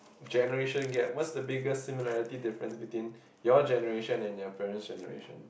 generation gap what is the biggest similarity difference between your generation and your parent generation